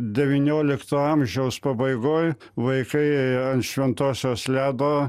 devyniolikto amžiaus pabaigoj vaikai ant šventosios ledo